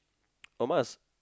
oh mine was